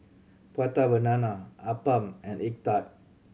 Prata Banana appam and egg tart